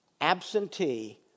absentee